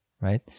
right